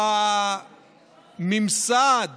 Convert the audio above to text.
בממסד